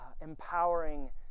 empowering